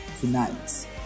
tonight